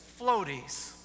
floaties